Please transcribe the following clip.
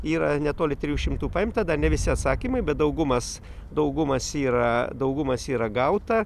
yra netoli trijų šimtų paimta dar ne visi atsakymai bet daugumas daugumas yra daugumas yra gauta